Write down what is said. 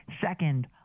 Second